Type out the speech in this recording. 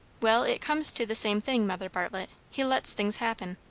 well, it comes to the same thing, mother bartlett. he lets things happen.